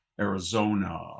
Arizona